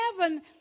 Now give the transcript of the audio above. Heaven